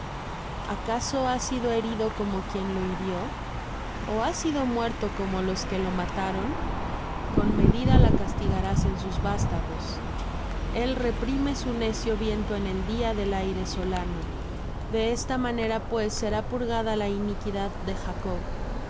acaso ha sido herido como quien lo hirió ó ha sido muerto como los que lo mataron con medida la castigarás en sus vástagos el reprime su recio viento en el día del aire solano de esta manera pues será purgada la iniquidad de jacob